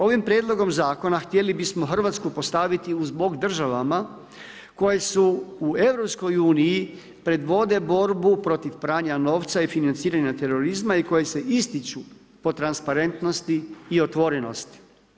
Ovim prijedlogom zakona htjeli bismo Hrvatsku postaviti uz bok državama koje su u EU predvode borbu protiv pranja novca i financiranja terorizma i koje se ističu po transparentnosti i otvorenosti.